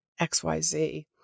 XYZ